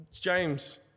James